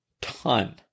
ton